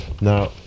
now